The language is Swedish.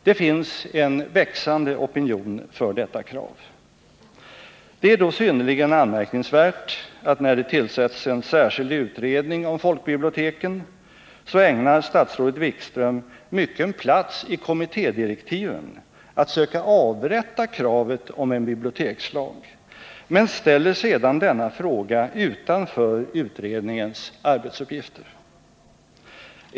Det finns en växande opinion för detta krav. Det är då synnerligen anmärkningsvärt att när det tillsätts en särskild utredning om folkbiblioteken, så ägnar statsrådet Wikström mycken plats i kommittédirektiven åt att söka avrätta kravet på en bibliotekslag men ställer sedan denna fråga utanför utredningens arbetsuppgifter.